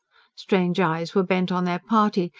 strange eyes were bent on their party,